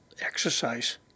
exercise